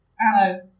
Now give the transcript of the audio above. Hello